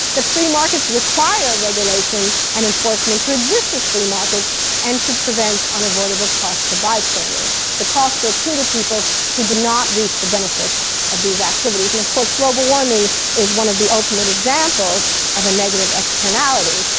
that free markets require regulation regulation and enforcement to exist as free markets and to prevent unavoidable costs to bystanders, the costs that accrue to people who do not reap the benefits of these activities. and of course, global warming is one of the ultimate examples of a negative externality,